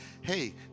hey